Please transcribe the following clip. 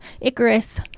Icarus